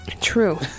True